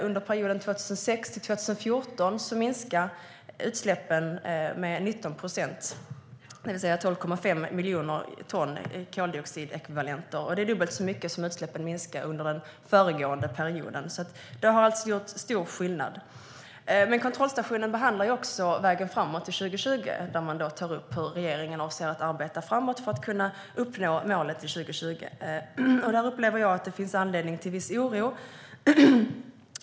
Under perioden 2006-2014 minskade utsläppen med 19 procent, det vill säga med 12,5 miljoner ton koldioxidekvivalenter. Det är dubbelt så mycket som utsläppen minskade under den föregående perioden. Det har alltså gjort stor skillnad. Kontrollstationen behandlar också vägen framåt till 2020, hur regeringen ska arbeta framåt för att kunna uppnå målet till 2020. Där upplever jag att det finns anledning till viss oro.